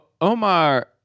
Omar